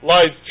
Life